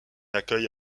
accueille